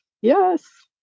Yes